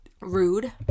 rude